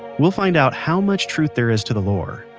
we'll find out how much truth there is to the lore,